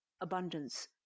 abundance